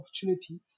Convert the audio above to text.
opportunity